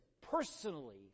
personally